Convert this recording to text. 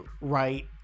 right